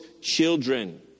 children